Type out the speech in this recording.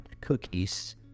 Cookies